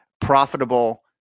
profitable